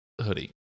hoodie